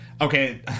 Okay